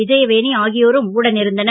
விஜயவேணி ஆகியோரும் உடன் இருந்தனர்